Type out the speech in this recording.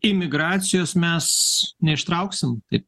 imigracijos mes neištrauksim taip